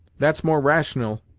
that's more rational,